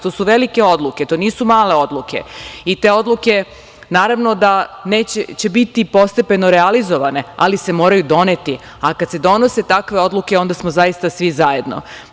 To su velike odluke, to nisu male odluke i te odluke naravno da će biti postepeno realizovane, ali se moraju doneti, a kad se donose takve odluke onda smo zaista svi zajedno.